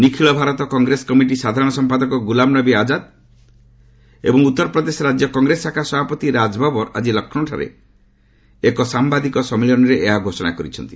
ନିଖିଳ Bharat Congress committee ସାଧାରଣ ସମ୍ପାଦକ ଗୁଲାମନବୀ ଆଜାଦ ଏବଂ ଉତ୍ତର ପ୍ରଦେଶ ରାଜ୍ୟ କଂଗ୍ରେସ ଶାଖା ସଭାପତି ରାଜ ବବର ଆଜି ଲକ୍ଷ୍ମୌଠାରେ ଏକ ସାମ୍ବାଦିକ ସମ୍ମିଳନୀରେ ଏହା ଘୋଷଣା କରିଛନ୍ତି